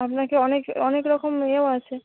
আপনাকে অনেক অনেক রকম এও আছে